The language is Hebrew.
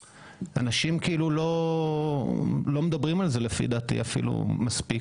אנשים לא מדברים על זה, לפי דעתי, מספיק.